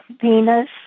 Venus